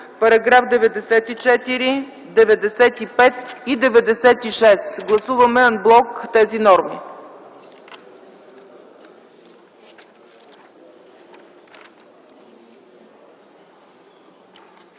параграфи 94, 95 и 96. Гласуваме ан блок тези норми.